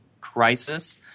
crisis